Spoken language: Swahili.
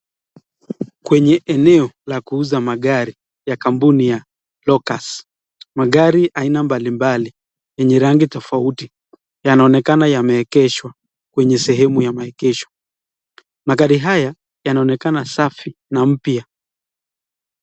Kwenye eneo la kuuza magari ya kampuni ya Locus. Magari aina mbalimbali yenye rangi tofauti yanaonekana yameegeshwa kwenye sehemu ya maegesho. Magari haya yanaonekana safi na mpya.